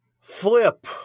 flip